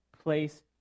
place